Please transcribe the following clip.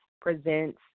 presents